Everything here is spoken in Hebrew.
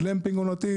גלמפינג עונתי.